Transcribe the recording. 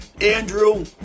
Andrew